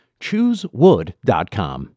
Choosewood.com